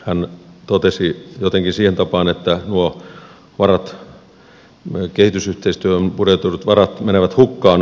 hän totesi jotenkin siihen tapaan että nuo kehitysyhteistyöhön budjetoidut varat menevät hukkaan